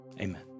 Amen